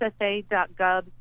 ssa.gov